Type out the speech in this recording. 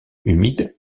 humide